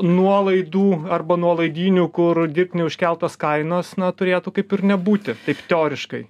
nuolaidų arba nuolaidynių kur dirbtinai užkeltos kainos na turėtų kaip ir nebūti taip teoriškai